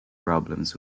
problems